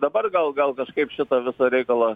dabar gal gal kažkaip šitą visą reikalą